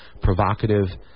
provocative